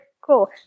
cool